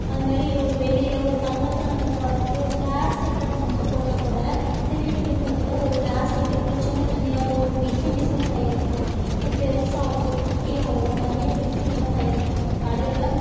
அது மாதிரி ஒரு வெள்ளியில் ஒரு தங்கத்தில் நம்ம போடாக்கட்டி ஒரு பிளாஸ்டிக்கில் நம்ம வந்து போட்டால் கூட சிறிய பிள்ளைங்களுக்குல்லாம் ஒரு பிளாஸ்டிக்கில் இப்போல்லாம் சின்ன சின்னயா தோடு டிசைன் டிசைன்னாக தயாரிக்கிறாங்க இப்போ பெருசாகவோ குட்டியாகவோ நிறைய டிசைன் எல்லாம் தயாரிக்கிறாங்க இப்போ கடைலெல்லாம்